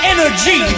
Energy